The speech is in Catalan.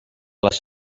les